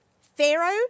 Pharaoh